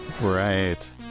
Right